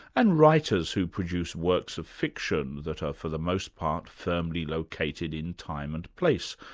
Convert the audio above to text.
and writers who produce works of fiction that are for the most part, firmly located in time and place,